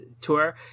tour